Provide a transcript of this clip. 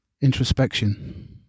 introspection